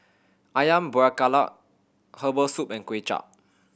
Ayam Buah Keluak herbal soup and Kuay Chap